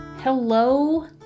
Hello